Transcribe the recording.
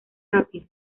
rápido